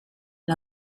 een